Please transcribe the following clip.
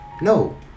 No